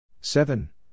seven